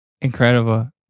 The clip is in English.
Incredible